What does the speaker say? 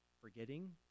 forgetting